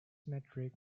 metric